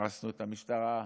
הרסנו את המשטרה,